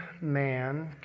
man